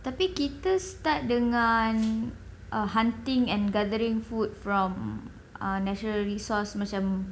tapi kita start dengan err hunting and gathering food from ah natural resource macam